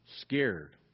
Scared